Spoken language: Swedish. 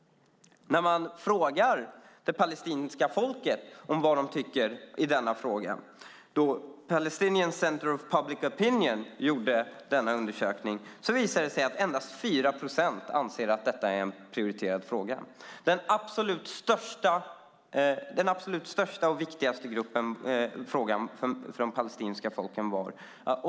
Man har frågat det palestinska folket vad de tycker i denna fråga. Då Palestinian Center of Public Opinion gjorde denna undersökning visade det sig att endast 4 procent anser att detta är en prioriterad fråga. Den absolut största och viktigaste frågan för det palestinska folket var jobben.